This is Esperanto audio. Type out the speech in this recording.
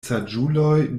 saĝuloj